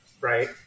Right